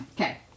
Okay